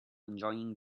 enjoying